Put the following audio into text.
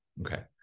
Okay